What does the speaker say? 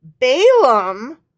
Balaam